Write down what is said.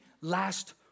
last